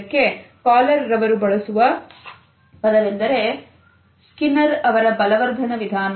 ಇದಕ್ಕೆ ಕಾಲರ್ ಅವರು ಬಳಸಿರುವ ಪದವೆಂದರೆ ಸ್ಕಿನ್ನರ್ ರವರ ಬಲವರ್ಧನ ವಿಧಾನ